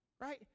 Right